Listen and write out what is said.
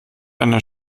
einer